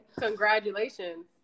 congratulations